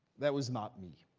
that was not me.